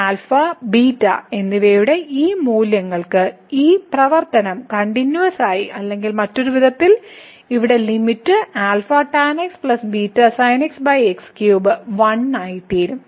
α β എന്നിവയുടെ ഈ മൂല്യങ്ങൾക്ക് ഈ പ്രവർത്തനം കണ്ടിന്യൂവസ് ആയ അല്ലെങ്കിൽ മറ്റൊരു വിധത്തിൽ ഇവിടെ ലിമിറ്റ് 1 ആയിത്തീരും